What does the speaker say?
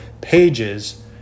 pages